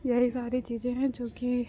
यही सारी चीज़ें हैं जोकि